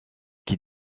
qui